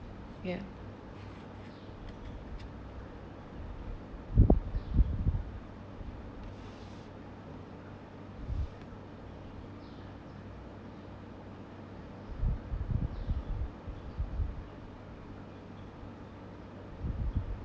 ya